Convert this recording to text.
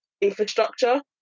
infrastructure